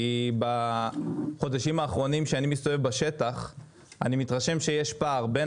כי בחודשים האחרונים שאני מסתובב בשטח אני מתרשם שיש פער בין